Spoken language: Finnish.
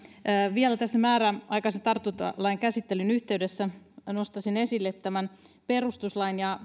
vielä tässä määräaikaisen tartuntalain käsittelyn yhteydessä nostaisin esille tämän perustuslain ja